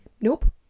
Nope